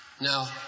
Now